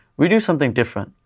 we do something different.